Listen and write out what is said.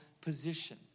position